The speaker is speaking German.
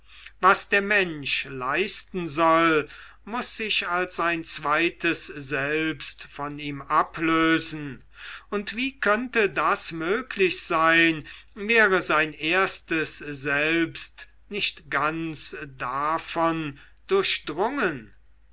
was der mensch leisten soll muß sich als ein zweites selbst von ihm ablösen und wie könnte das möglich sein wäre sein erstes selbst nicht ganz davon durchdrungen